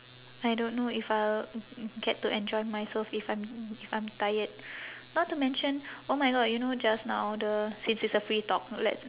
I don't know if I'll get to enjoy myself if I'm if I'm tired not to mention oh my god you know just now the since it's a free talk let's